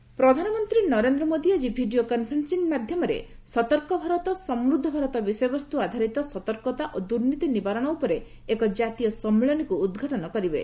national conference ପ୍ରଧାନମନ୍ତ୍ରୀ ନରେନ୍ଦ୍ର ମୋଦୀ ଆଜି video conferencing ଯୋଗେ ସତର୍କ ଭାରତ ସମୃଦ୍ଧ ଭାରତ ବିଷୟବସ୍ତୁ ଆଧାରିତ ସତର୍କତା ଓ ଦୁର୍ନୀତି ନିବାରଣ ଉପରେ ଏକ ଜାତୀୟ ସମ୍ମିଳନୀକୁ ଉଦ୍ଘାଟନ କରିବେ